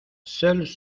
seules